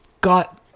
got